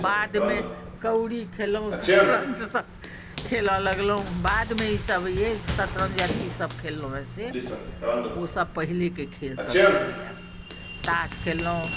बादमे कौड़ी खेललहुँ शतरञ्जसभ खेलय लगलहुँ बादमे ईसभ अइ शतरञ्ज अथीसभ खेललहुँ हेँ से ओसभ पहिलेके खेलसभ छलैए ताश खेललहुँ